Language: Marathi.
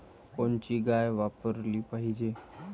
कोनची गाय वापराली पाहिजे?